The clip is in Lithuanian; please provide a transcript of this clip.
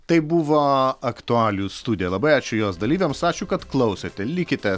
tai buvo aktualijų studija labai ačiū jos dalyviams ačiū kad klausėte likite